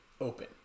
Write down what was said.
open